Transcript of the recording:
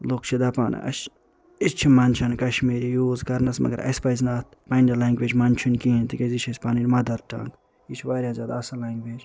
لوٗکھ چھِ دپان اسہِ أسۍ چھِ منٛدٕچھان کشمیری یوٗز کرنَس مگر اسہِ پَزِ نہٕ اتھ پننہِ لنٛگویج منٛدٕچھُن کِہیٖنۍ تِکیٛازِ یہِ چھِ اسہِ پنٕنۍ مدر ٹنٛگ یہِ چھُ وارِیاہ زیادٕ اصٕل لنٛگویج